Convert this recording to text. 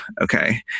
okay